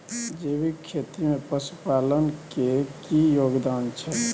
जैविक खेती में पशुपालन के की योगदान छै?